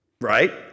Right